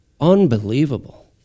Unbelievable